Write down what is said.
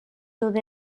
sud